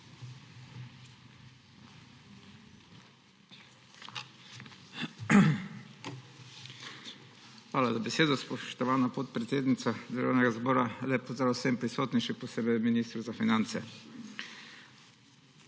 Hvala za besedo, spoštovana podpredsednica Državnega zbora. Lep pozdrav vsem prisotnim, še posebej ministru za finance!